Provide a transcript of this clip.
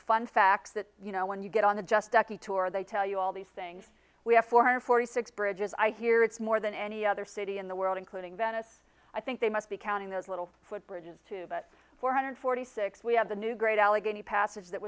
fun facts that you know when you get on the just ducky tour they tell you all these things we have four hundred forty six bridges i hear it's more than any other city in the world including venice i think they must be counting those little foot bridges too but four hundred forty six we have the new great allegheny passage that